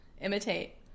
imitate